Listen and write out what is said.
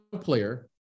player